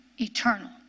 eternal